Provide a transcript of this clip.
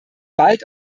bald